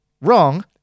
Wrong